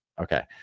okay